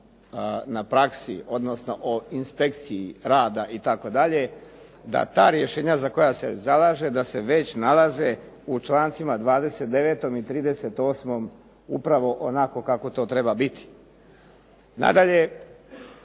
na praksi odnosno o inspekciji rada itd., da ta rješenja za koja se zalaže da se već nalaze u člancima 29. i 38. upravo onako kako to treba biti. Nadalje,